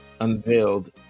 unveiled